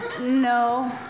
No